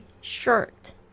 Shirt